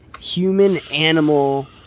human-animal